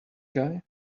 guy